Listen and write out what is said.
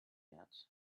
yet